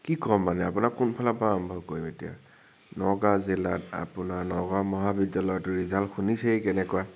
কি ক'ম মানে আপোনাক কোন ফালৰ পৰা আৰম্ভ কৰিম এতিয়া নগাওঁ জিলাত আপোনাৰ নগাওঁ মহাবিদ্যালয়ত ৰিজাল্ট শুনিছেই কেনেকুৱা